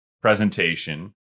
presentation